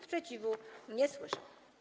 Sprzeciwu nie słyszę.